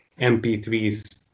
MP3s